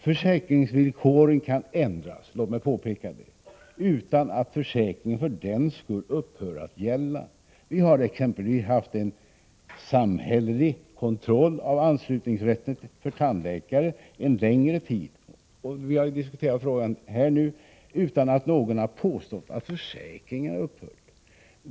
Försäkringsvillkoren kan ändras, låt mig påpeka det, utan att försäkringen för den skull upphör att gälla. Vi har exempelvis haft en samhällelig kontroll av anslutningsrätten för tandläkare en längre tid, och vi har diskuterat frågan här utan att någon har påstått att försäkringen har upphört.